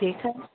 ٹھیک ہے